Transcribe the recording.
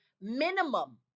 minimum